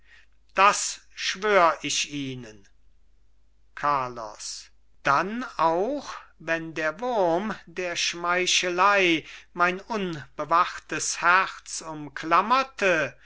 das schwör ich ihnen carlos dann auch wenn der wurm der schmeichelei mein unbewachtes herz umklammerte